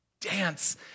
dance